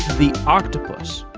the octopus,